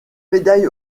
médaille